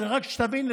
רק שתבין,